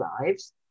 lives